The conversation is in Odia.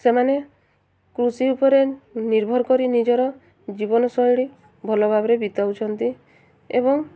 ସେମାନେ କୃଷି ଉପରେ ନିର୍ଭର କରି ନିଜର ଜୀବନଶୈଳୀ ଭଲ ଭାବରେ ବିତାଉଛନ୍ତି ଏବଂ